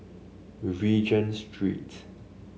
Regent Street